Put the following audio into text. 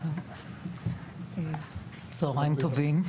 צוהריים טובים,